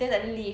then takde lift